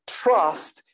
trust